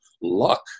luck